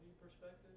perspective